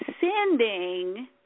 sending